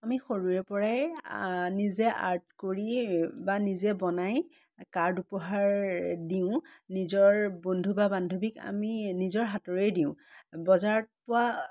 আমি সৰুৰে পৰাই নিজে আৰ্ট কৰিয়েই বা নিজে বনাই কাৰ্ড উপহাৰ দিওঁ নিজৰ বন্ধু বা বান্ধৱীক আমি নিজৰ হাতৰেই দিওঁ বজাৰত পোৱা